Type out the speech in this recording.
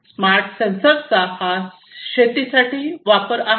smart सेन्सर्सचा हा शेती साठी वापर आहे